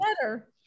better